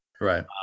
Right